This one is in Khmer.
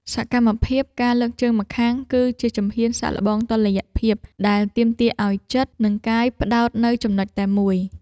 សកម្មភាព ការលើកជើងម្ខាង គឺជាជំហានសាកល្បងតុល្យភាព ដែលទាមទារឱ្យចិត្ត និងកាយផ្ដោតនៅចំណុចតែមួយ។